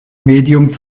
medium